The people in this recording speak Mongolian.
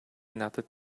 надад